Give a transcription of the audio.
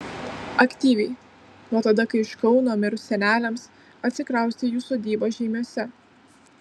aktyviai nuo tada kai iš kauno mirus seneliams atsikraustė į jų sodybą žeimiuose